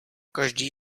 každý